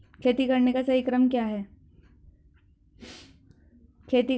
खेती करने का सही क्रम क्या है?